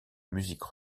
musique